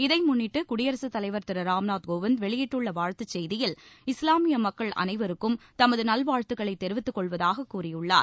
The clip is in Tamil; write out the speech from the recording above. இதைமுன்னிட்டு குடியரசுத் தலைவர் திரு ராம்நாத் கோவிந்த் வெளியிட்டுள்ள வாழ்த்து செய்தியில் இஸ்லாமிய மக்கள் அனைவருக்கும் தமது நல்வாழ்த்துக்களை தெரிவித்துக்கொள்வதாக கூறியுள்ளார்